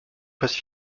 phases